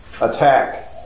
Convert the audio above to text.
attack